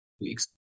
weeks